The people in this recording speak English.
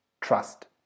trust